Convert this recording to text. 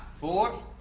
four